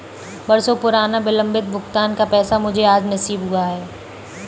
बरसों पुराना विलंबित भुगतान का पैसा मुझे आज नसीब हुआ है